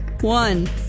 one